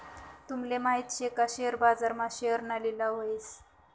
तूमले माहित शे का शेअर बाजार मा शेअरना लिलाव व्हस